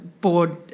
board